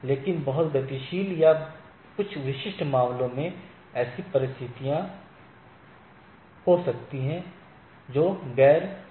लेकिन बहुत गतिशील या कुछ विशिष्ट मामले में ऐसी परिस्थितियां हो सकती हैं जो गैर वांछनीय हैं